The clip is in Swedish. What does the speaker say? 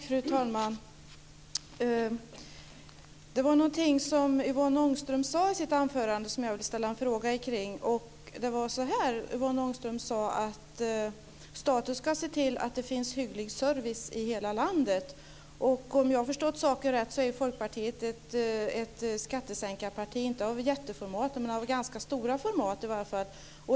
Fru talman! Det var någonting som Yvonne Ångström sade i sitt anförande som jag ville ställa en fråga om. Yvonne Ångström sade att staten ska se till att det finns hygglig service i hela landet. Om jag har förstått saken rätt är Folkpartiet ett skattesänkarparti, inte av jätteformat kanske men av ganska stort format ändå.